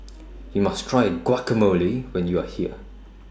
YOU must Try Guacamole when YOU Are here